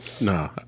No